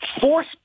force